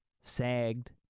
sagged